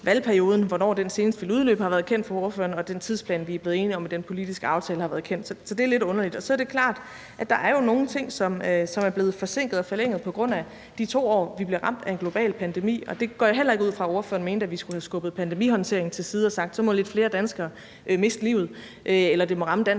valgperioden senest ville udløbe, har været kendt for ordføreren, og det gælder også den tidsplan, vi er blevet enige om, og den politiske aftale har været kendt. Så det er lidt underligt. Så er det klart, at der jo er nogle ting, som er blevet forsinket og forlænget på grund af de 2 år, hvor vi blev ramt af en global pandemi, og jeg går heller ikke ud fra, at ordførereren mente, at vi skulle have skubbet pandemihåndteringen til side og sagt, at så må lidt flere danskere miste livet, eller at det må ramme dansk